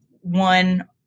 one